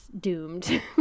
doomed